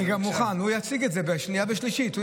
בבקשה.